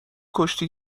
کشتی